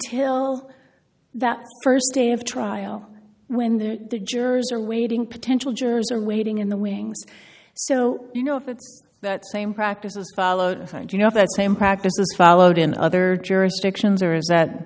until that first day of trial when they're the jurors are waiting potential jurors are waiting in the wings so you know if it's that same practices follow to find you know if that same practice is followed in other jurisdictions or is that